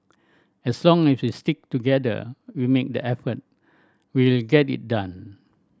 as long as we stick together we make the effort we will get it done